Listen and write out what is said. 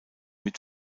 mit